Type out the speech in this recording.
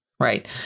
Right